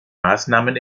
maßnahmen